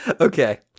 Okay